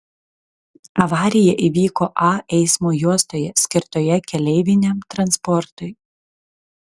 avarija įvyko a eismo juostoje skirtoje keleiviniam transportui